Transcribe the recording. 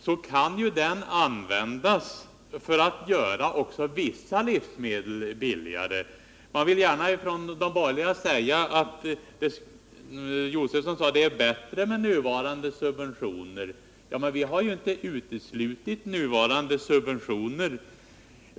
Då kan ju den inkomsten också användas för att göra vissa livsmedel billigare. Stig Josefson sade att det är bättre med nuvarande subventioner. Ja, men vi har ju inte uteslutit nuvarande subventioner.